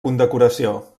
condecoració